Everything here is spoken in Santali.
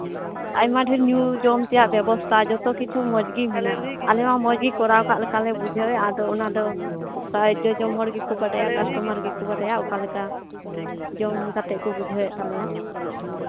ᱟᱭᱢᱟ ᱰᱷᱮᱨ ᱧᱩ ᱡᱚᱢ ᱛᱮᱭᱟᱜ ᱵᱮᱵᱚᱥᱛᱷᱟ ᱡᱚᱛᱚ ᱠᱤᱪᱷᱩ ᱢᱚᱡᱽ ᱜᱮ ᱢᱮᱱᱟᱜᱼᱟ ᱟᱞᱮ ᱢᱟ ᱢᱚᱡᱽᱜᱮ ᱠᱚᱨᱟᱣ ᱠᱟᱜ ᱞᱮᱠᱟᱞᱮ ᱵᱩᱡᱷᱟᱹᱣᱮᱫ ᱟᱫᱚ ᱚᱱᱟᱫᱚ ᱚᱠᱟ ᱡᱚᱡᱚᱢ ᱦᱚᱲ ᱜᱮᱠᱚ ᱵᱟᱰᱟᱭᱟ ᱠᱟᱥᱴᱚᱢᱟᱨ ᱜᱮᱠᱚ ᱵᱟᱰᱟᱭᱟ ᱚᱠᱟ ᱞᱮᱠᱟ ᱡᱚᱢ ᱠᱟᱛᱮᱜ ᱠᱚ ᱵᱩᱡᱷᱟᱹᱣᱮᱫ ᱛᱟᱞᱮᱭᱟ